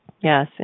Yes